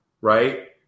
right